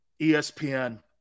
ESPN